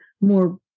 more